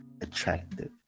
attractive